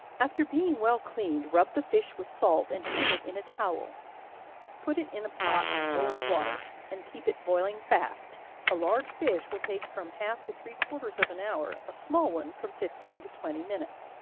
after being well cleaned, rub the fish with salt, and pin it in a towel put it in a pot of boiling water, and keep it boiling fast a large fish will take from half to three-quarters of an hour a small one, from fifteen to twenty minutes.